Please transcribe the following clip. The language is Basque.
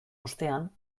ostean